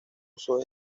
uso